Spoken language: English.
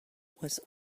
was